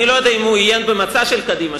אני לא יודע אם הוא עיין במצע של קדימה,